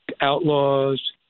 outlaws